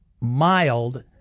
mild